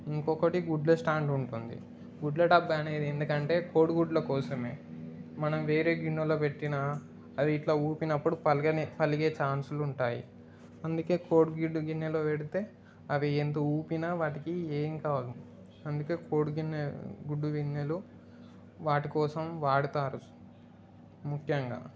ఇంకొకటి గుడ్డు స్టాండ్ ఉంటుంది గుడ్డు డబ్బా అనేది ఎందుకంటే కోడిగుడ్డు కోసమే మనం వేరే గిన్నెలో పెట్టినా అవి ఇలా ఊపినప్పుడు పగిలి పగిలే ఛాన్స్ ఉంటుంది అందుకే కోడి గుడ్డు గిన్నెలో పెడితే అది ఎంత ఊపినా వాటికి ఏం కావు అందుకే కోడి గిన్నె గుడ్డు గిన్నెలు వాటి కోసం వాడతారు ముక్యంగా